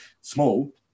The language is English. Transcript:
small